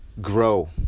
grow